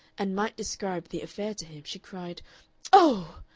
and might describe the affair to him, she cried oh!